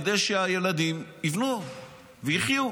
כדי שהילדים יבנו ויחיו.